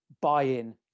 buy-in